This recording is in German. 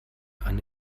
eine